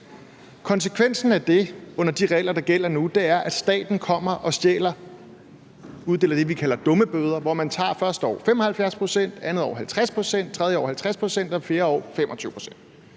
Konsekvensen af det under de regler, der gælder nu, er, at staten kommer og uddeler det, vi kalder dummebøder, hvor man første år tager 75 pct., andet år 50 pct., tredje år 50 pct. og fjerde år 25